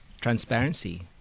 transparency